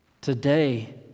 Today